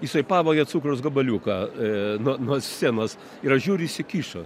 jisai pavogė cukraus gabaliuką nuo nuo scenos ir aš žiūriu jis įkišo